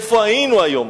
איפה היינו היום.